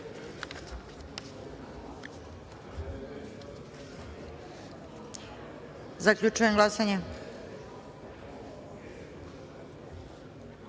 DS.Zaključujem glasanje: